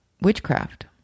witchcraft